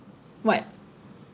what